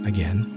Again